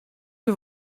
bin